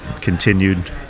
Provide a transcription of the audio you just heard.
continued